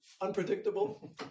unpredictable